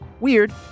Weird